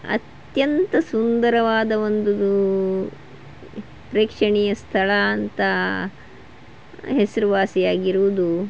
ಅತ್ಯಂತ ಸುಂದರವಾದ ಒಂದು ಪ್ರೇಕ್ಷಣೀಯ ಸ್ಥಳ ಅಂತ ಹೆಸರುವಾಸಿಯಾಗಿರುವುದು